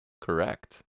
correct